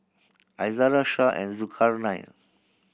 Izara Syah and Zulkarnain